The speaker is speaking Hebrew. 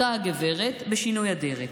אותה הגברת בשינוי אדרת.